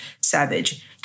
savage